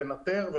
לנטר,